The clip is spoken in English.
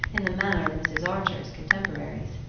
in the manner of mrs. archer's contemporaries.